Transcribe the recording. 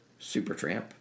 Supertramp